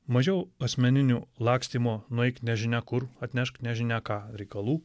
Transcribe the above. mažiau asmeninio lakstymo nueik nežinia kur atnešk nežinia ką reikalų